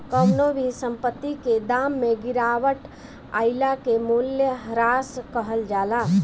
कवनो भी संपत्ति के दाम में गिरावट आइला के मूल्यह्रास कहल जाला